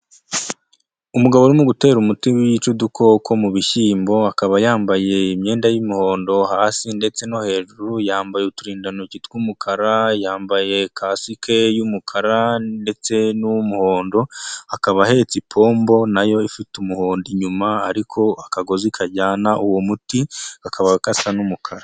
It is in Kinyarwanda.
Umugabo urimo gutera umuti wica udukoko mu bishyimbo, akaba yambaye imyenda y'umuhondo hasi ndetse no hejuru, yambaye uturindantoki tw'umukara, yambaye kasike y'umukara ndetse n'umuhondo, akaba ahetse ipombo na yo ifite umuhondo inyuma, ariko akagozi kajyana uwo muti kakaba gasa n'umukara.